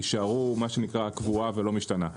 יישארו כקבועה ולא משתנה.